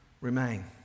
Remain